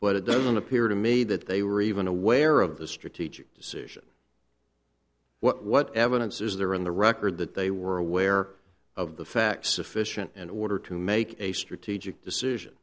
but it doesn't appear to me that they were even aware of the strategic decision what what evidence is there in the record that they were aware of the facts sufficient in order to make a strategic decision